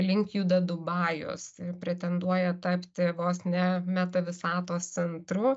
link juda dubajus pretenduoja tapti vos ne meta visatos centru